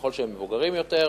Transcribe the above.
ככל שהם מבוגרים יותר,